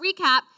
recap